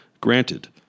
Granted